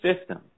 system